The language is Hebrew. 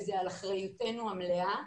וזה על אחריותנו המלאה.